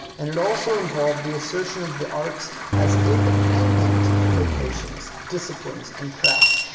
and it also involved the assertion of the arts as independent vocations, disciplines, and crafts.